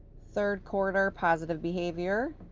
third quarter positive behavior,